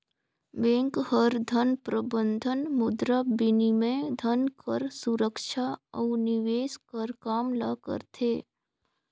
bank हर धन प्रबंधन, मुद्राबिनिमय, धन कर सुरक्छा अउ निवेस कर काम ल करथे